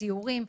סיורים.